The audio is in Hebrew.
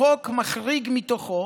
החוק מחריג מתוכו